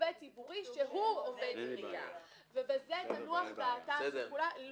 שהוא עובד עירייה", בזה תנוח דעתם של כולם.